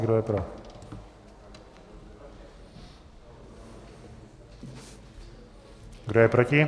Kdo je proti?